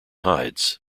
hides